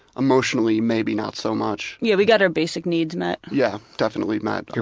emotionally maybe not so much. yeah, we got our basic needs met. yeah, definitely met.